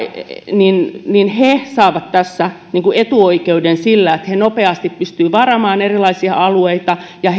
saavat tässä etuoikeuden sillä että ne nopeasti pystyvät varaamaan erilaisia alueita ja